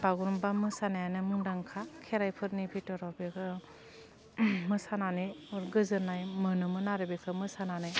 बागुरुम्बा मोसानायानो मुदांखा खेराइफोरनि बिथोराव बेबो मोसानानै गोजोननाय मोनोमोन आरो बेखो मोसानानै